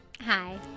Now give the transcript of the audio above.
Hi